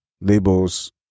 labels